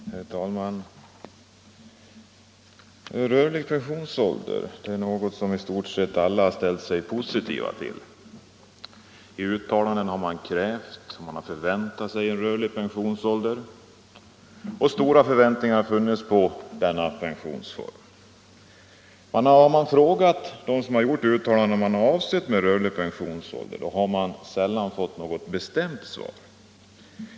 Herr talman! Rörlig pensionsålder är något som i stort sett alla har ställt sig positiva till. I uttalanden har man krävt rörlig pensionsålder. Stora förväntningar har ställts på denna pensionsform. Men om man frågat dem som har gjort sådana uttalanden vad de avsett med rörlig pensionsålder har man sällan fått något bestämt svar.